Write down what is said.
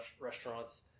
restaurants